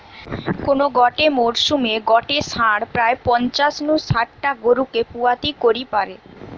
কোন গটে মরসুমে গটে ষাঁড় প্রায় পঞ্চাশ নু শাট টা গরুকে পুয়াতি করি পারে